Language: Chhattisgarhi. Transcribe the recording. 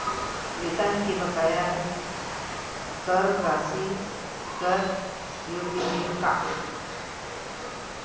वेतन के बकाया कर राशि कर योग्य हे का?